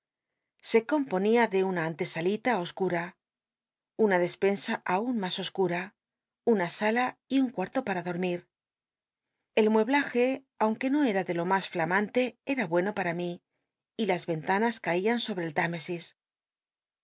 se componía de una antcsalita oscma una despensa atm mas oscua una sala y un cuat'lo para dotmir el mueblaje anmjhc no ct l de lo mas fi tnanlc era bueno para riti y las ven tanas caian sobre el l'ámesis